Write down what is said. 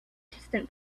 distant